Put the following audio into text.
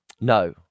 No